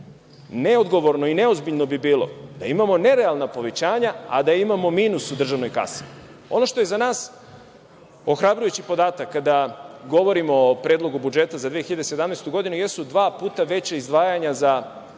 Neodgovorno i neozbiljno bi bilo da imamo nerealna povećanja, a da imamo minus u državnoj kasi. Ono što je za nas ohrabrujući podatak, kada govorimo o Predlogu budžeta za 2017. godinu, jesu dva puta veća izdvajanja za